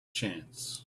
chance